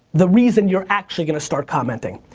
the reason you're actually gonna start commenting.